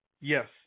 Yes